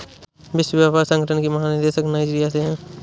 विश्व व्यापार संगठन की महानिदेशक नाइजीरिया से है